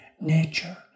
nature